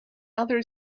other